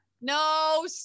No